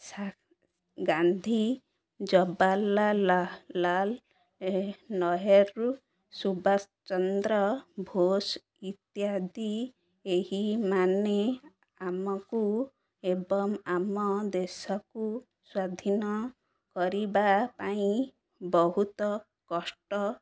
ଗାନ୍ଧୀ ଜବାହାରଲାଲ ନେହରୁ ସୁବାଷ ଚନ୍ଦ୍ର ବୋଷ ଇତ୍ୟାଦି ଏହି ମାନେ ଆମକୁ ଏବଂ ଆମ ଦେଶକୁ ସ୍ଵାଧୀନ କରିବା ପାଇଁ ବହୁତ କଷ୍ଟ